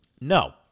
No